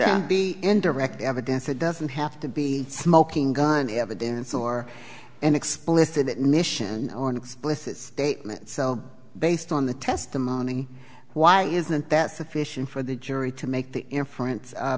to be indirect evidence it doesn't have to be smoking gun evidence or an explicit mission or an explicit statement so based on the testimony why isn't that sufficient for the jury to make the inference